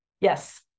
Yes